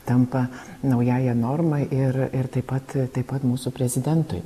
tampa naująja norma ir ir taip pat taip pat mūsų prezidentui